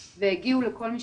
עדי.